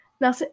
Now